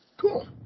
Cool